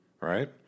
right